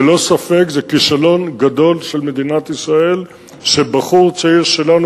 ללא ספק זה כישלון גדול של מדינת ישראל שבחור צעיר שלנו,